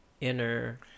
inner